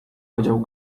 podział